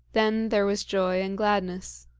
then there was joy and gladness.